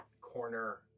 corner